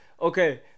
Okay